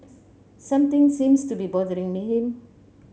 something seems to be bothering him